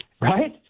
right